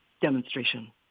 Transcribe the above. demonstration